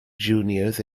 juniors